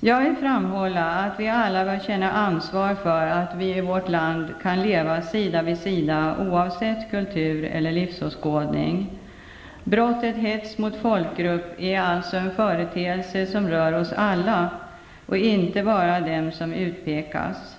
Jag vill framhålla att vi alla bör känna ansvar för att vi i vårt land kan leva sida vid sida oavsett kultur eller livsåskådning. Brottet hets mot folkgrupp är alltså en företeelse som rör oss alla och inte bara dem som utpekas.